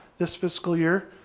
this fiscal year,